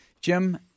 Jim